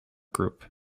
group